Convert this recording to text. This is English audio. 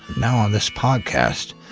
now on this podcast.